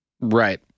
Right